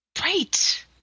Right